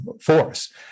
force